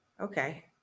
Okay